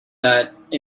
that